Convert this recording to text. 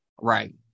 Right